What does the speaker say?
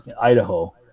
idaho